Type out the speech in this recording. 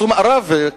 עשו מארב,